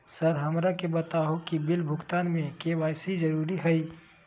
Sir हमरा के बताओ कि बिल भुगतान में के.वाई.सी जरूरी हाई?